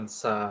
sa